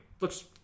Looks